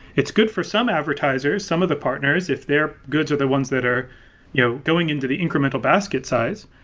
it's good for some advertisers, some of the partners, if their goods are the ones that are you know going into the increment basket size.